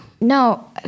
No